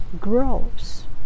grows